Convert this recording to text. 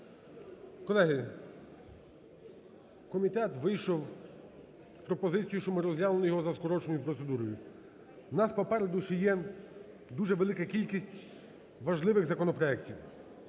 Колеги, комітет вийшов з пропозицію, щоб ми розглянули його за скороченою процедурою. У нас попереду ще є дуже велика кількість важливих законопроектів.